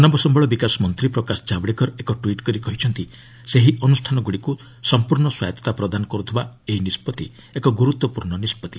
ମାନବ ସମ୍ଭଳ ବିକାଶ ମନ୍ତ୍ରୀ ପ୍ରକାଶ ଜାବଡେକର ଏକ ଟ୍ୱିଟ୍ କରି କହିଛନ୍ତି ସେହି ଅନୁଷ୍ଠାନଗୁଡ଼ିକୁ ସମ୍ପର୍ଶ୍ଣ ସ୍ୱାୟତତା ପ୍ରଦାନ କରୁଥିବା ଏହି ନିଷ୍ପତ୍ତି ଏକ ଗୁରୁତ୍ୱପୂର୍ଣ୍ଣ ନିଷ୍କଭି